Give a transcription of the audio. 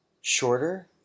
shorter